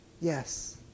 Yes